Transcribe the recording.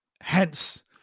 hence